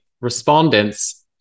respondents